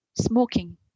smoking